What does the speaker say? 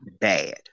bad